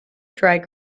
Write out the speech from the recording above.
drag